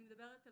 אני מדברת על